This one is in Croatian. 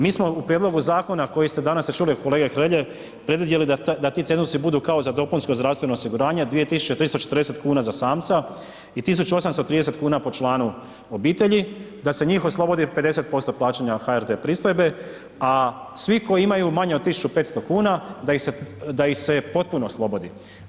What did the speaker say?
Mi smo u prijedlogu zakona koji ste danas čuli od kolege Hrelje predvidjeli da ti cenzusi budu kao za dopunsko zdravstveno osiguranje 2.340 kuna za samca i 1.830 kuna po članu obitelji, da se njih oslobodi 50% plaćanja HRT pristojbe, a svi koji imaju manje od 1.500 kuna da ih se potpuno oslobodi.